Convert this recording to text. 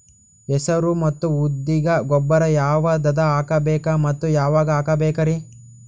ಹೆಸರು ಮತ್ತು ಉದ್ದಿಗ ಗೊಬ್ಬರ ಯಾವದ ಹಾಕಬೇಕ ಮತ್ತ ಯಾವಾಗ ಹಾಕಬೇಕರಿ?